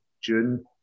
June